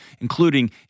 including